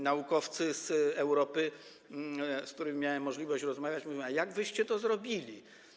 Naukowcy z Europy, z którymi miałem możliwość rozmawiać, mówili: A jak wyście to zrobili?